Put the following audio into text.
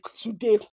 today